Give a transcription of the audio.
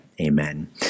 Amen